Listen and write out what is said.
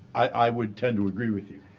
i would tend to agree with you.